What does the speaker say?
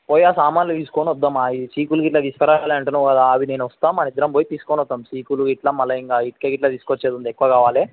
పోయి ఆ సామానులు తీసుకుని వద్దాం ఆ ఈ చీపులు గిట్లా తీసుకు రావాలంటున్నావు కదా అవి నేను వస్తాను మన ఇద్దరం పోయి తీసుకుని వద్దాం చీపులు ఇట్లా మళ్ళా ఇంకా ఇటుక గిట్లా తీసుకుచ్చేది ఉండే ఎక్కువ కావాలి